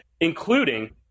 including